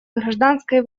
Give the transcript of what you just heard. гражданской